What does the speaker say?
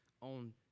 on